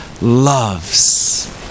loves